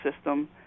system